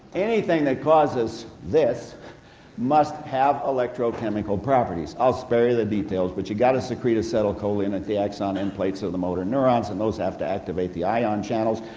anything that causes this must have electrochemical properties i'll spare you the details, but you've got to secrete acetylcholine at the axon endplates of the motor neurones and those have to activate the ion channels,